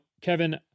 Kevin